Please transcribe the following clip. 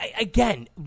again